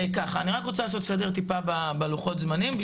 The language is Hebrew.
אני רק רוצה לעשות טיפה סדר בלוחות הזמנים,